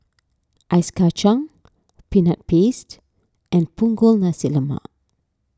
Ice Kachang Peanut Paste and Punggol Nasi Lemak